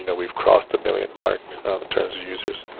you know we've crossed the million mark in terms of users.